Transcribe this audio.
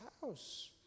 house